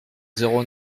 zéro